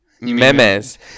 Memes